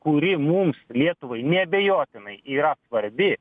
kuri mums lietuvai neabejotinai yra svarbi